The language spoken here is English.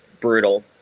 brutal